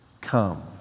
come